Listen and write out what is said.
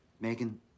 Megan